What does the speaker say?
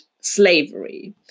slavery